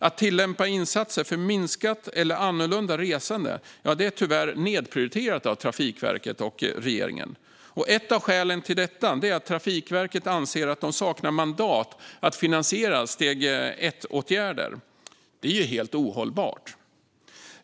Att tillämpa insatser för minskat eller annorlunda resande är tyvärr nedprioriterat av Trafikverket och regeringen. Ett av skälen till detta är att Trafikverket anser att de saknar mandat att finansiera steg 1-åtgärder. Det är ju helt ohållbart.